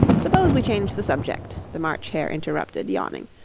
suppose we change the subject the march hare interrupted, yawning.